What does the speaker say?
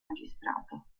magistrato